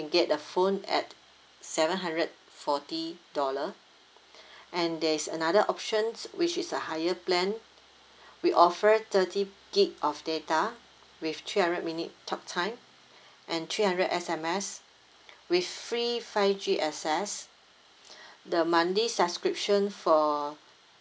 get a phone at seven hundred forty dollar and there is another options which is a higher plan we offer thirty gig of data with three hundred minute talk time and three hundred S_M_S with free five G access the monthly subscription for